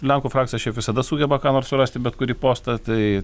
lenkų frakcija šiaip visada sugeba ką nors surasti bet kurį postą tai